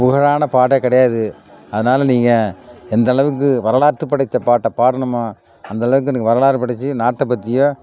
புகழ்லானே பாட்டே கிடையாது அதனால் நீங்கள் எந்தளவுக்கு வரலாற்று படைத்த பாட்டை பாடணுமாே அந்தளவுக்கு எனக்கு வரலாறு படைத்து நாட்டை பற்றியோ